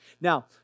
Now